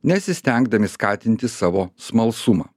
nesistengdami skatinti savo smalsumą